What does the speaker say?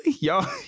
Y'all